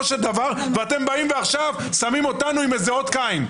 ואתם עכשיו באים ושמים לנו אות קין.